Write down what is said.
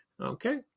Okay